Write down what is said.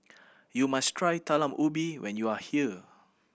you must try Talam Ubi when you are here